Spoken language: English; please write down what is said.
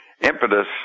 impetus